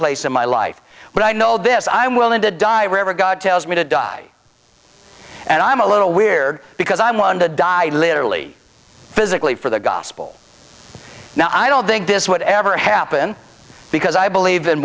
place in my life but i know this i'm willing to die wherever god tells me to die and i'm a little weird because i'm one to die literally physically for the gospel no i don't think this would ever happen because i believe in